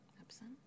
Absent